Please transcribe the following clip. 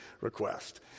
request